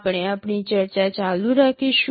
આપણે આપણી ચર્ચા ચાલુ રાખીશું